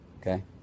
okay